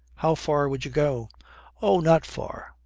how far would you go oh, not far.